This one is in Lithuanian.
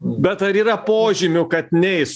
bet ar yra požymių kad neis